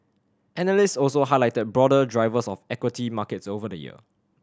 analyst also highlighted broader drivers of equity markets over the year